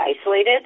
isolated